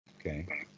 okay